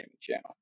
channel